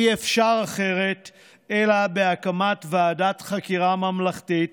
אי-אפשר אחרת אלא בהקמת ועדת חקירה ממלכתית